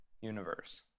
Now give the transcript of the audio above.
universe